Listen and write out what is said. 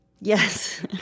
Yes